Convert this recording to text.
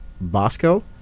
Bosco